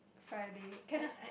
Friday can lah